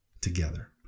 together